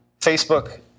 Facebook